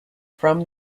from